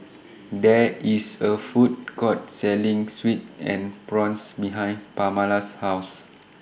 There IS A Food Court Selling Sweet and Sour Prawns behind Pamala's House